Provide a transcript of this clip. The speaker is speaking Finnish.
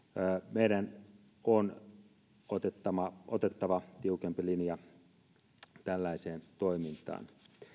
meidän on otettava otettava tiukempi linja tällaiseen toimintaan